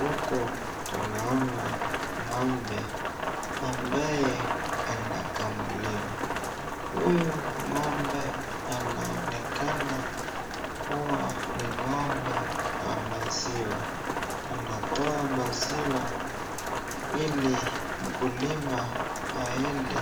Huku tunaona ng'ombe ambaye anakamuliwa. Huyu ng'ombe anaonekana kuwa ni ng'ombe wa maziwa. Anatoa maziwa ili mkulima aende